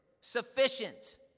sufficient